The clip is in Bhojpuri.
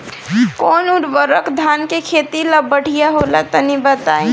कौन उर्वरक धान के खेती ला बढ़िया होला तनी बताई?